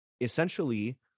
essentially